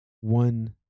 one